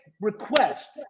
request